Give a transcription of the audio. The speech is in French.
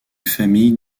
famille